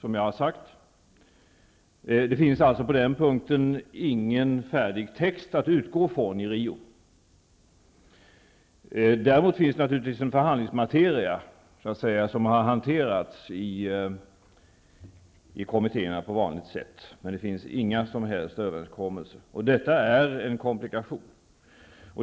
På den punkten finns det alltså inte någon färdig text att utgå från i Rio. Däremot finns det naturligtvis en förhandlingsmateria som har behandlats i kommittéerna på sedvanligt sätt. Men det finns inga som helst färdiga överenskommelser. Det utgör en komplikation.